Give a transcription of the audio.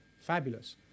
Fabulous